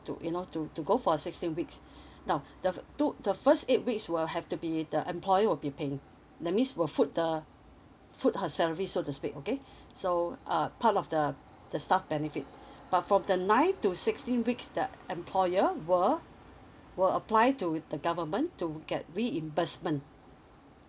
to you know to to go for sixteen weeks now the two the first eight weeks will have to be the employer will be paying that means were put the put her salary so to okay so uh part of the the staff benefit but from the nine to sixteen weeks the employer were were apply to the government to get reimbursement